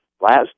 last